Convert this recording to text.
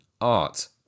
art